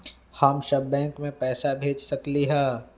हम सब बैंक में पैसा भेज सकली ह?